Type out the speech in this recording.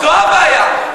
זו הבעיה,